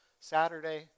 Saturday